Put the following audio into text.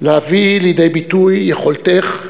להביא לידי ביטוי את יכולתך,